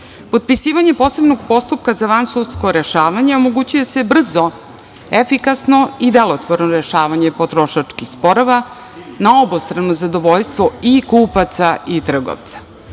koristili. Potpisivanjem posebnog postupka za vansudsko rešavanje omogućuje se brzo, efikasno i delotvorno rešavanje potrošačkih sporova na obostrano zadovoljstvo i kupaca i trgovca.